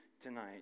tonight